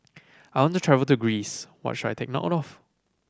I want to travel to Greece what should I take note of